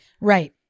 Right